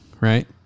right